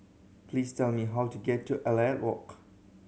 please tell me how to get to Elliot Walk